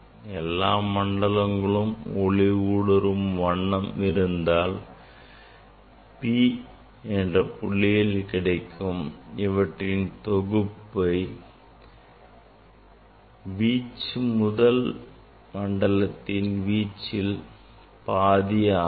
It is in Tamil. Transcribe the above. எல்லா மண்டலங்களும் ஒளி ஊடுருவும் வண்ணம் இருந்தால் P புள்ளியில் கிடைக்கும் இவற்றின் தொகுப்பு வீச்சு முதல் மண்டலத்தின் வீச்சில் பாதி ஆகும்